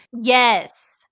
Yes